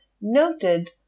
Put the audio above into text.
noted